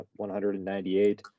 198